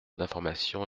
d’information